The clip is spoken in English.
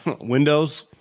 Windows